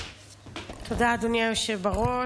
תודה, אדוני היושב בראש.